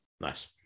nice